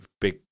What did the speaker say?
big